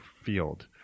field